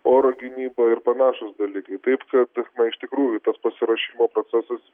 oro gynyba ir panašūs dalykai taip kad na iš tikrųjų tas pasiruošimo procesas